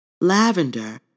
lavender